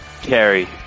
carry